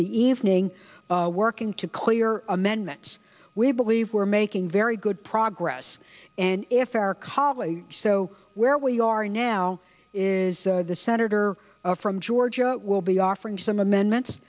the evening working to clear amendments we believe we're making very good progress and if our colleagues so where we are now is the senator from georgia will be offering some amendments